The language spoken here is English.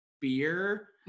beer